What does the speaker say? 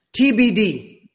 TBD